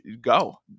go